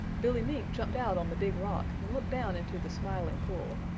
billy mink jumped out on the big rock and looked down into the smiling pool.